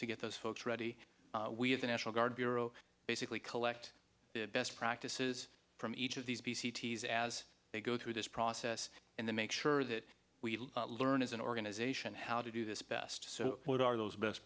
to get those folks ready we have the national guard bureau basically collect best practices from each of these p c t s as they go through this process and they make sure that we learn as an organization how to do this best so what are those best